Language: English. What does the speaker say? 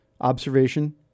observation